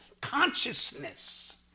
consciousness